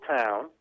town